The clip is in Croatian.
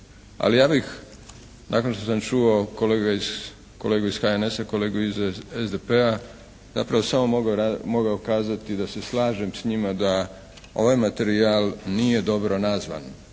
Ali ja bih nakon što sam čuo kolegu iz HNS-a, kolegu iz SDP-a zapravo samo mogao kazati da se slažem s njima da ovaj materijal nije dobro nazvan,